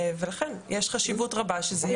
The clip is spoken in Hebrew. ולכן יש חשיבות רבה שזה יהיה.